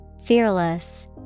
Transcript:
Fearless